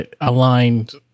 aligned